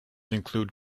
include